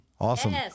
Awesome